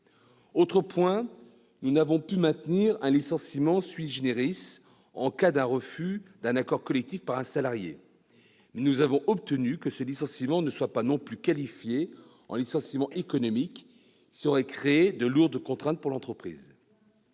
Autre point, nous n'avons pas pu maintenir un licenciement en cas de refus d'un accord collectif par un salarié, mais nous avons obtenu que ce licenciement ne soit pas non plus qualifié en licenciement économique, ce qui aurait créé de lourdes contraintes pour l'entreprise.